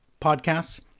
podcasts